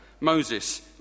Moses